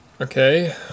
Okay